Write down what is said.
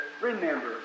remember